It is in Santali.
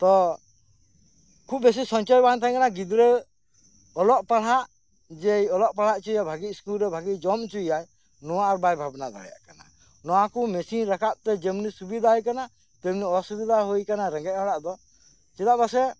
ᱛᱚ ᱠᱷᱩᱵᱽ ᱵᱮᱥᱤ ᱥᱚᱧᱪᱚᱭ ᱵᱟᱝ ᱛᱟᱦᱮᱸ ᱠᱟᱱᱟ ᱡᱮ ᱜᱤᱫᱽᱨᱟᱹ ᱚᱞᱚᱜ ᱯᱟᱲᱦᱟᱜ ᱡᱮ ᱜᱤᱫᱽᱨᱟᱹᱧ ᱚᱞᱚᱜ ᱯᱟᱲᱦᱟᱜ ᱦᱚᱪᱚᱭᱮᱭᱟ ᱵᱷᱟᱹᱜᱮ ᱥᱠᱩᱞ ᱨᱮ ᱵᱷᱟᱹᱜᱮ ᱡᱚᱢ ᱦᱚᱪᱚᱭᱮᱭᱟᱭ ᱱᱚᱣᱟ ᱟᱨ ᱵᱟᱭ ᱵᱷᱟᱵᱽᱱᱟ ᱫᱟᱲᱮᱭᱟᱜ ᱠᱟᱱᱟ ᱱᱚᱣᱟ ᱠᱚ ᱢᱮᱹᱥᱤᱱ ᱨᱟᱠᱟᱵ ᱛᱮ ᱡᱮᱢᱱᱤ ᱥᱩᱵᱤᱫᱷᱟ ᱦᱩᱭ ᱟᱠᱟᱱᱟ ᱛᱮᱢᱱᱤ ᱚᱥᱩᱵᱤᱫᱷᱟ ᱦᱩᱭ ᱟᱠᱟᱱᱟ ᱨᱮᱸᱜᱮᱡ ᱦᱚᱲᱟᱜ ᱫᱚ ᱪᱮᱫᱟᱜ ᱥᱮ